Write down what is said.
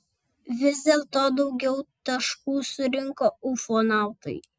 vis dėlto daugiau taškų surinko ufonautai